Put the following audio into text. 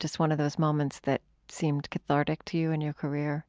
just one of those moments that seemed cathartic to you in your career,